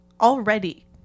already